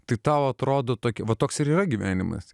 tai tau atrodo tokia vat toks yra gyvenimas